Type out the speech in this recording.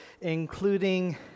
including